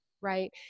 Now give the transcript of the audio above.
Right